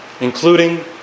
Including